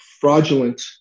fraudulent